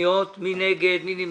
כן, אלו היישובים הגדולים.